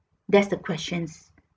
that's the questions